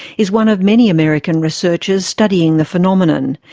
is one of many american researchers studying the phenomenon.